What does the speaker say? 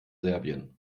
serbien